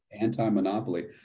Anti-Monopoly